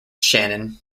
shannon